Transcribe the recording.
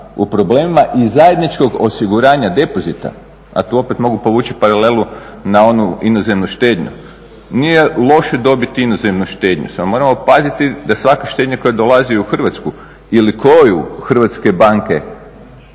u problemima i zajedničkog osiguranja depozita, a tu opet mogu povući paralelu na onu inozemnu štednju. Nije loše dobiti inozemnu štednju samo moramo paziti da svaka štednja koja dolazi u Hrvatsku ili koju hrvatske banke